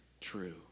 true